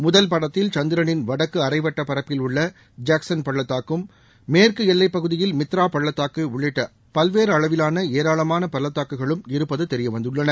முதல் படத்தில் சந்திரனின் வடக்கு அரைவட்ட பரப்பில் உள்ள ஜேக்சன் பள்ளத்தாக்கும் மேற்கு எல்லைப் பகுதியில் மித்ரா பள்ளத்தாக்கு உள்ளிட்ட பல்வேறு அளவிலான ஏராளமான பள்ளத்தாக்குகளும் இருப்பது தெரியவந்துள்ளன